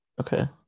Okay